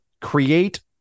create